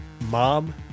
Mom